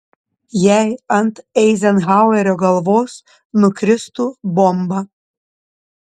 jei ant eizenhauerio galvos nukristų bomba